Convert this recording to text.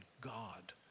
God